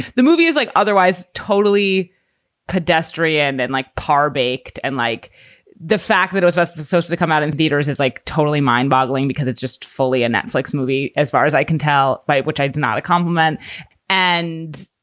the movie is like otherwise totally pedestrian and like car baked. and like the fact that was i supposed to to come out in theaters is like totally mind boggling because it's just fully a netflix movie. as far as i can tell by which i do not a compliment and.